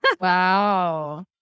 Wow